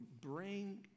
bring